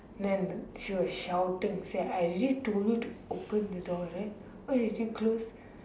then she was shouting say I already told you to open the door right why did you close